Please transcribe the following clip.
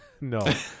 no